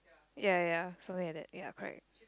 ya ya something like that ya correct